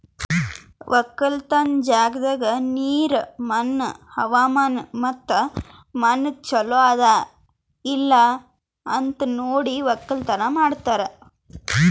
ಒಕ್ಕಲತನದ್ ಜಾಗದಾಗ್ ನೀರ, ಮಣ್ಣ, ಹವಾಮಾನ ಮತ್ತ ಮಣ್ಣ ಚಲೋ ಅದಾ ಇಲ್ಲಾ ಅಂತ್ ನೋಡಿ ಒಕ್ಕಲತನ ಮಾಡ್ತಾರ್